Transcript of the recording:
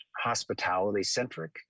hospitality-centric